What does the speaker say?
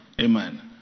amen